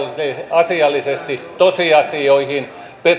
asiallisesti tosiasioihin